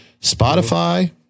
Spotify